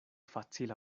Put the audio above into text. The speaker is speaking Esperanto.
facila